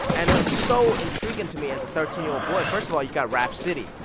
and it was so intriguing to me as a thirteen year old boy. first of all, you've got rap city.